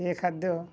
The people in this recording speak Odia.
ଏ ଖାଦ୍ୟ